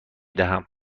دهم